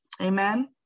Amen